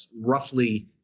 roughly